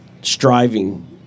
striving